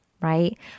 Right